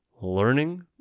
learning